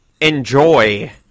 enjoy